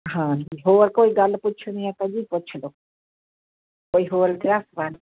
ਹਾਂ ਹੋਰ ਕੋਈ ਗੱਲ ਪੁੱਛਣੀ ਕਾਕਾ ਜੀ ਪੁੱਛ ਲਓ ਕੋਈ ਹੋਰ ਇਤਿਹਾਸ ਬਾਰੇ